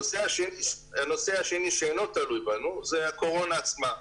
הנושא השני שאינו תלוי בנו, זה הקורונה עצמה.